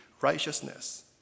righteousness